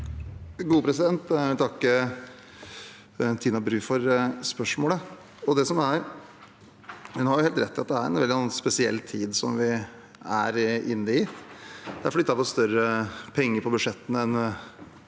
Jeg vil takke Tina Bru for spørsmålet. Hun har helt rett i at det er en veldig spesiell tid vi er inne i. Det er flyttet på større penger på budsjettene enn